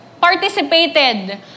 participated